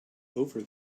over